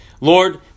Lord